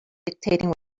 dictating